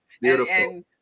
beautiful